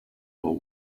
will